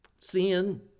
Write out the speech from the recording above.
Sin